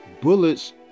Bullets